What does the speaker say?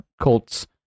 Colts